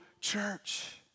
church